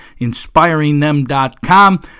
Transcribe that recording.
inspiringthem.com